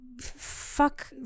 fuck